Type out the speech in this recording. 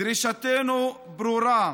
דרישתנו ברורה: